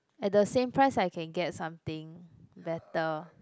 at the same price I can get something better